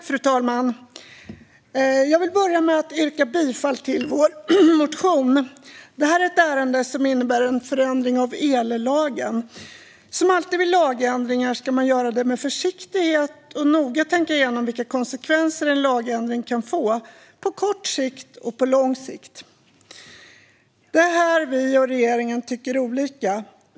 Fru talman! Jag vill börja med att yrka bifall till vår reservation. Detta är ett ärende som behandlar en förändring av ellagen. Som alltid vid lagändringar ska man göra det hela med försiktighet och noga tänka igenom vilka konsekvenser en lagändring kan få på kort sikt och på lång sikt. Det är här vi och regeringen tycker olika.